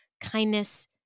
kindness